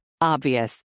Obvious